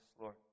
Lord